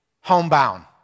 homebound